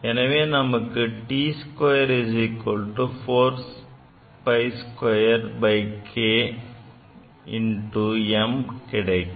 எனவே நமக்கு T2 4π2Km கிடைக்கும்